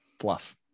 fluff